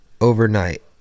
overnight